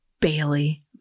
Bailey